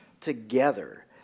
together